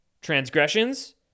transgressions